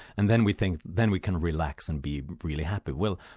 and then we think then we can relax and be really happy. well,